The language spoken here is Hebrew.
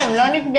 הם לא נפגעים,